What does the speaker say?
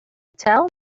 tell